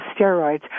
steroids